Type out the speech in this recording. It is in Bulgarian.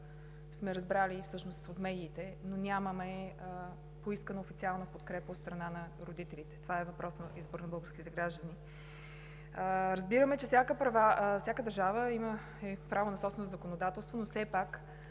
сме разбрали от медиите, но няма поискана официална подкрепа от страна на родителите. Това е въпрос на избор на българските граждани. Разбираме, че всяка държава има право на собствено законодателство –